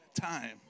time